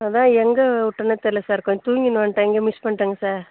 அதுதான் எங்கே விட்டேன்னே தெரில சார் கொஞ்சம் தூங்கின்னு வந்துட்டேன் எங்கேயோ மிஸ் பண்ணிவிட்டேங்க சார்